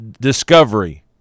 discovery